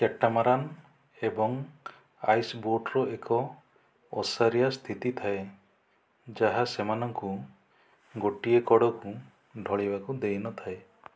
catamaran ଏବଂ ଆଇସ୍ବୋଟ୍ର ଏକ ଓସାରିଆ ସ୍ଥିତି ଥାଏ ଯାହା ସେମାନଙ୍କୁ ଗୋଟିଏ କଡ଼କୁ ଢଳିବାକୁ ଦେଇନଥାଏ